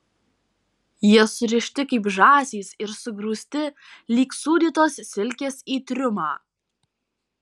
jie surišti kaip žąsys ir sugrūsti lyg sūdytos silkės į triumą